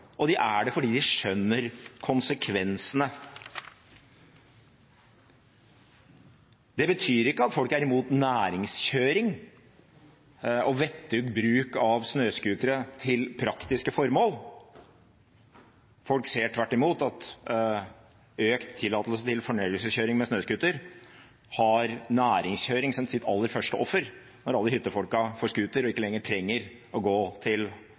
og det er de fordi de skjønner konsekvensene. Det betyr ikke at folk er imot næringskjøring og vettug bruk av snøscootere til praktiske formål. Folk ser tvert imot at i økende grad å tillate fornøyelseskjøring med snøscooter har næringskjøring som sitt aller første offer, når alle hyttefolkene får scooter og ikke lenger trenger å gå til